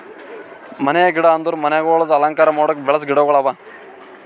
ಮನೆಯ ಗಿಡ ಅಂದುರ್ ಮನಿಗೊಳ್ದಾಗ್ ಅಲಂಕಾರ ಮಾಡುಕ್ ಬೆಳಸ ಗಿಡಗೊಳ್ ಅವಾ